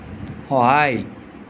সহায়